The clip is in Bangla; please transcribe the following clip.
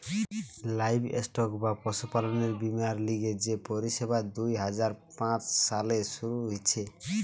লাইভস্টক বা পশুপালনের বীমার লিগে যে পরিষেবা দুই হাজার পাঁচ সালে শুরু হিছে